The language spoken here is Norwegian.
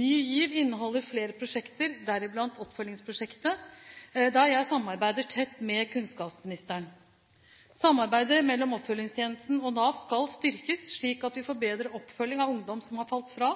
Ny GIV inneholder flere prosjekter, deriblant Oppfølgingsprosjektet, der jeg samarbeider tett med kunnskapsministeren. Samarbeidet mellom oppfølgingstjenesten og Nav skal styrkes, slik at vi får bedre oppfølging av ungdom som har falt fra,